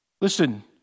Listen